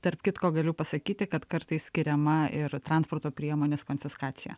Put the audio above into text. tarp kitko galiu pasakyti kad kartais skiriama ir transporto priemonės konfiskacija